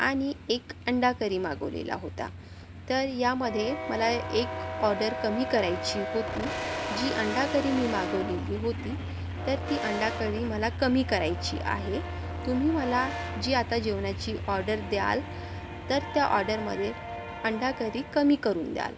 आणि एक अंडाकरी मागवलेला होता तर यामध्ये मला एक ऑर्डर कमी करायची होती जी अंडाकरी मी मागवलेली होती तर ती अंडाकरी मला कमी करायची आहे तुम्ही मला जी आता जेवणाची ऑर्डर द्याल तर त्या ऑर्डरमध्ये अंडाकरी कमी करून द्याल